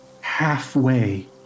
halfway